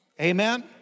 Amen